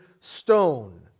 stone